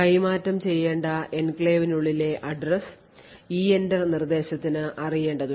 കൈമാറ്റം ചെയ്യേണ്ട എൻക്ലേവിനുള്ളിലെ address EENTER നിർദ്ദേശത്തിന് അറിയേണ്ടതുണ്ട്